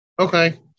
Okay